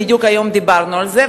בדיוק היום דיברנו על זה,